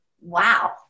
Wow